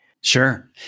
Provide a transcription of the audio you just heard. Sure